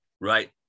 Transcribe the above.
Right